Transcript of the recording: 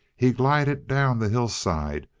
he glided down the hillside,